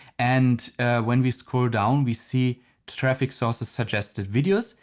and when we scroll down we see traffic source suggested videos.